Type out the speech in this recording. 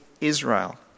Israel